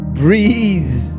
breathe